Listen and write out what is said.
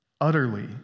utterly